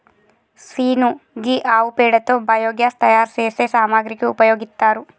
scene గీ ఆవు పేడతో బయోగ్యాస్ తయారు సేసే సామాగ్రికి ఉపయోగిత్తారు